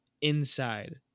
inside